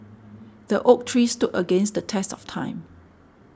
the oak tree stood against the test of time